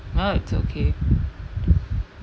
oh it’s okay